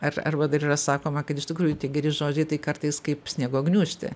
ar arba dar yra sakoma kad iš tikrųjų tie geri žodžiai tai kartais kaip sniego gniūžtė